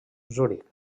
zuric